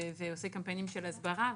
ועושה קמפיינים של הסברה.